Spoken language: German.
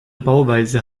bauweise